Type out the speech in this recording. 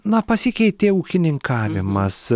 na pasikeitė ūkininkavimas